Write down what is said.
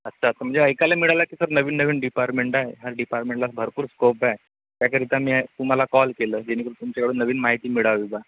अच्छा असं म्हणजे ऐकायला मिळालं की सर नवीन नवीन डिपारमेंट आहे हा डिपारमेंटला भरपूर स्कोप आहे त्याकरिता मी तुम्हाला कॉल केलं जेणेकरून तुमच्याकडून नवीन माहिती मिळावी बा